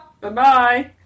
Bye-bye